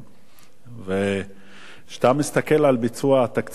וכשאתה מסתכל על ביצוע התקציבים בתשתיות,